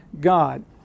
God